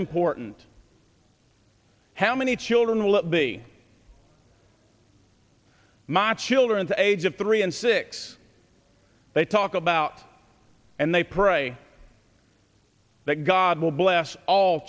important how many children will be my children's age of three and six they talk about and they pray that god will bless all